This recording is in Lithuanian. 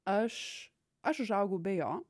aš aš užaugau be jo